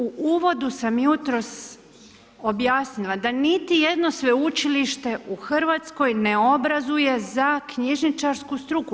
U uvodu sam jutros objasnila da niti jedno sveučilište u Hrvatskoj ne obrazuje za knjižničarsku struku.